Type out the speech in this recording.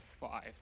five